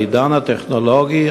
בעידן הטכנולוגי,